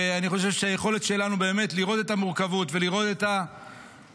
ואני חושב שהיכולת שלנו לראות את המורכבות ולשמוע את הקולות,